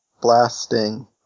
blasting